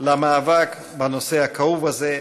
למאבק בנושא הכאוב הזה.